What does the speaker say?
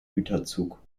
güterzug